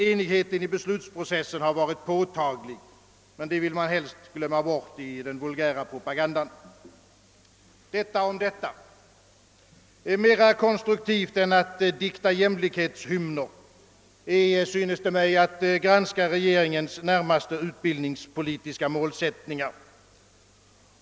Enigheten i beslutsprocesserna har varit påtaglig, men det vill man helst glömma bort i den vulgära propagandan. Mera konstruktivt än att dikta jämlikhetshymner är, synes det mig, att granska regeringens närmaste utbildningspolitiska målsättningar.